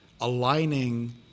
aligning